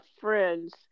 friends